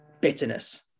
bitterness